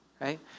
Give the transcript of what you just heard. Right